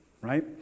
right